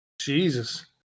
jesus